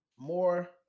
More